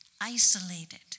isolated